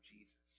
Jesus